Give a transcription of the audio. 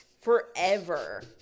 Forever